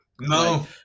No